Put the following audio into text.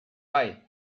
bai